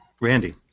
Randy